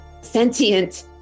sentient